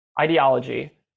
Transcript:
ideology